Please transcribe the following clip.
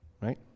Right